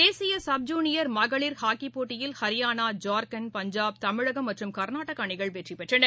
தேசிய sub junior மகளிர் ஹாக்கிப் போட்டியில் ஹரியானா ஜார்க்கண்ட் பஞ்சாப் தமிழகம் மற்றும் கர்நாடக அணிகள் வெற்றிபெற்றன